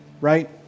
right